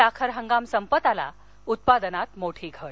साखर हंगाम संपत आला उत्पादनात मोठी घट